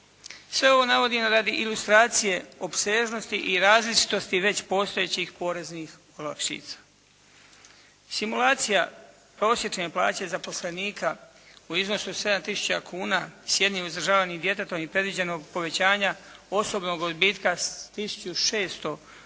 Sve ovo navodim radi ilustracije opsežnosti i različitosti već postojećih poreznih olakšica. Simulacija prosječne plaće zaposlenika u iznosu od 7 tisuća kuna s jednim uzdržavanim djetetom i predviđenog povećanja osobnog odbitka s tisuću